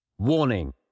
Warning